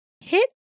hit